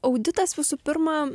auditas visų pirma